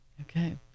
Okay